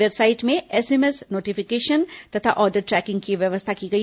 website में SMS notification तथा order tracking की व्यवस्था की गई